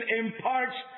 imparts